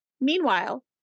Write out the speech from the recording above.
Meanwhile